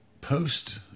post